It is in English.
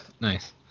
nice